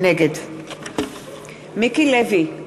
נגד מיקי לוי,